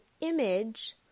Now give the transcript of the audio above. image